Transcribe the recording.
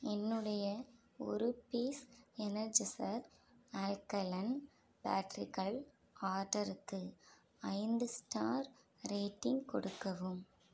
என்னுடைய ஒரு piece Energizer alkaline பேட்டரிகள் ஆர்டருக்கு ஐந்து ஸ்டார் ரேட்டிங் கொடுக்கவும்